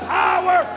power